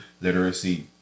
literacy